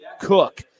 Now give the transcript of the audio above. Cook